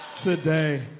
today